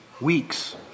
weeks